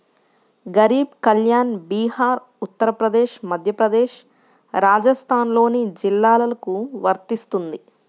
గరీబ్ కళ్యాణ్ బీహార్, ఉత్తరప్రదేశ్, మధ్యప్రదేశ్, రాజస్థాన్లోని జిల్లాలకు వర్తిస్తుంది